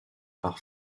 par